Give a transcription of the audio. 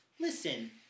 Listen